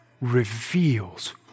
reveals